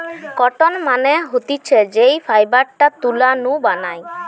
cotton মানে হতিছে যেই ফাইবারটা তুলা নু বানায়